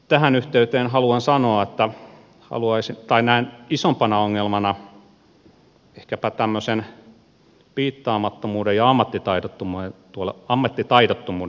tähän yhteyteen haluan sanoa että näen isompana ongelmana ehkäpä tämmöisen piittaamattomuuden ja ammattitaidottomuuden tuolla vesillä